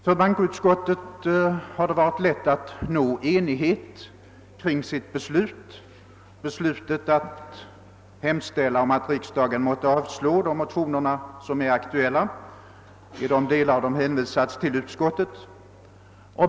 För bankoutskottet har det emellertid varit lätt att nå enighet kring sitt beslut — beslutet att hemställa att riksdagen måtte avslå de motioner som är aktuella i de delar motionerna hänvisats till utskottet.